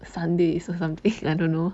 sunday or something I don't know